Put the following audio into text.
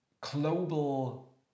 global